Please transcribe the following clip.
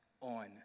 on